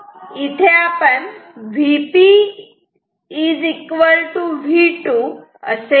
इथे Vp V2 असे म्हणू या